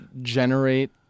generate